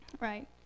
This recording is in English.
Right